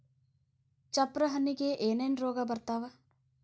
ಚಪ್ರ ಹಣ್ಣಿಗೆ ಏನೇನ್ ರೋಗ ಬರ್ತಾವ?